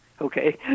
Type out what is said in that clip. Okay